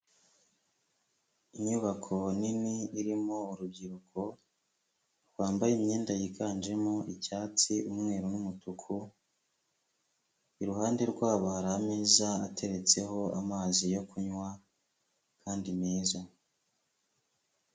Inyubako nini irimo urubyiruko, rwambaye imyenda yiganjemo; icyatsi, umweru n'umutuku, iruhande rwabo hari ameza ateretseho amazi yo kunywa kandi meza.